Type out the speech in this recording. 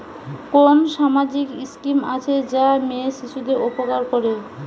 কোন সামাজিক স্কিম আছে যা মেয়ে শিশুদের উপকার করে?